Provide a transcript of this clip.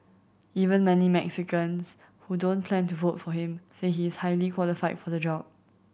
even many Mexicans who don't plan to vote for him say he is highly qualified for the job